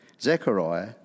Zechariah